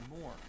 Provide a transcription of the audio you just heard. more